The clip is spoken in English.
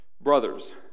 Brothers